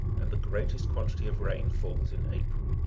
and the greatest quantity of rain falls in april.